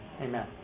amen